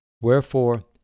Wherefore